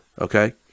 okay